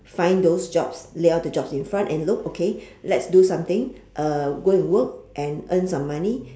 find those jobs lay out the jobs in front and look okay let's do something uh go and work and earn some money